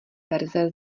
verze